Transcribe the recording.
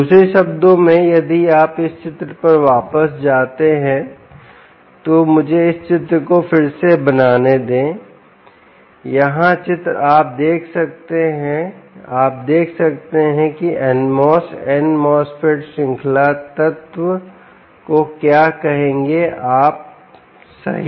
दूसरे शब्दों में यदि आप इस चित्र पर वापस जाते हैं तो मुझे इस चित्र को फिर से बनाने दे यहाँ चित्र आप देख सकते हैं कि आप देख सकते हैं की NMOS n MOSFET श्रृंखला तत्व को क्या कहेंगे आप सही